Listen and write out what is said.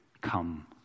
Come